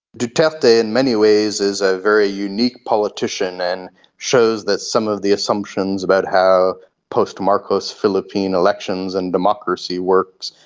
duterte in many ways is a very unique politician and shows that some of the assumptions about how post-marcos philippine elections and democracy works,